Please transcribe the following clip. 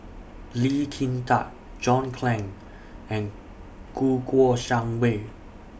Lee Kin Tat John Clang and Kouo Shang Wei